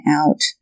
out